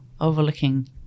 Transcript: overlooking